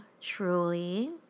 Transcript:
truly